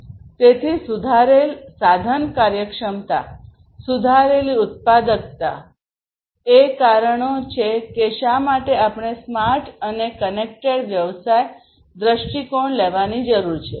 તેથી સુધારેલ સાધન કાર્યક્ષમતા સુધારેલી ઉત્પાદકતા એ કારણો છે કે શા માટે આપણે સ્માર્ટ અને કનેક્ટેડ વ્યવસાય દ્રષ્ટિકોણ લેવાની જરૂર છે